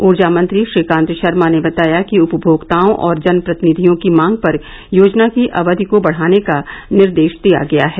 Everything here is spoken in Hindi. ऊर्जा मंत्री श्रीकांत शर्मा ने बताया कि उपभोक्ताओं और जनप्रतिनिधियों की मांग पर योजना की अवधि को बढ़ाने का निर्देश दिया गया है